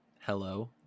hello